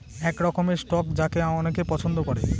এক রকমের স্টক যাকে অনেকে পছন্দ করে